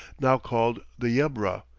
now called the yebra,